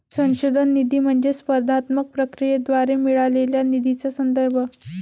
संशोधन निधी म्हणजे स्पर्धात्मक प्रक्रियेद्वारे मिळालेल्या निधीचा संदर्भ